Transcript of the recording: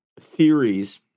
theories